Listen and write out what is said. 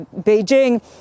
Beijing